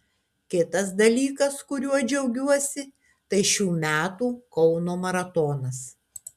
kitas dalykas kuriuo džiaugiuosi tai šių metų kauno maratonas